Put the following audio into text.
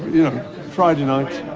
you know friday night.